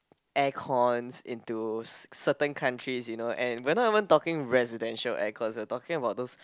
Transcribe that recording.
aircons into c~ certain countries you know we're not even talking residential aircons we are talking about tho